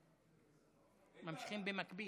איתן, ממשיכים במקביל.